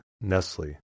Nestle